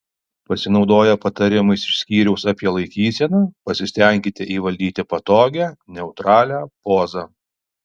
pasinaudoję patarimais iš skyriaus apie laikyseną pasistenkite įvaldyti patogią neutralią pozą